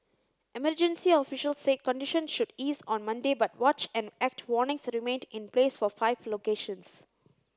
emergency officials said condition should ease on Monday but watch and act warnings remained in place for five locations